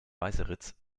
weißeritz